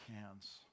hands